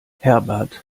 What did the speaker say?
herbert